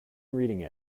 reading